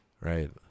right